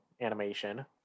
animation